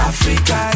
Africa